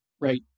right